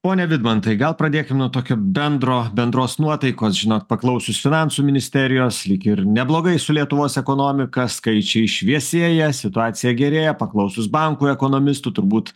pone vidmantai gal pradėkim nuo tokio bendro bendros nuotaikos žinot paklausius finansų ministerijos lyg ir neblogai su lietuvos ekonomika skaičiai šviesėja situacija gerėja paklausius bankų ekonomistų turbūt